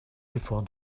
before